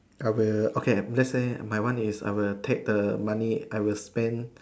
I will okay let's say my one is I will take the money I will spend